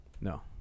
No